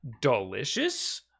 delicious